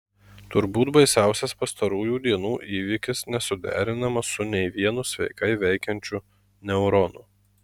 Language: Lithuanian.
turbūt baisiausias pastarųjų dienų įvykis nesuderinamas su nei vienu sveikai veikiančiu neuronu